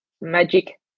Magic